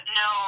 no